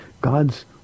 God's